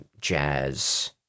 jazz